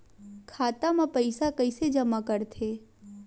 खाता म पईसा कइसे जमा करथे?